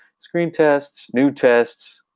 screen tests, new tests